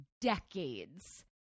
decades